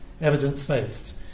evidence-based